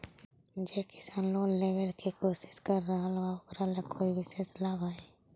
जे किसान लोन लेवे के कोशिश कर रहल बा ओकरा ला कोई विशेष लाभ हई?